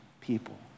people